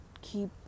keep